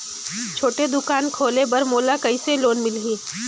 छोटे दुकान खोले बर मोला कइसे लोन मिलही?